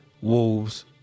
wolves